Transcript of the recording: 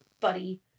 buddy